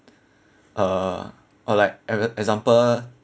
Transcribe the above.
uh or like e~ example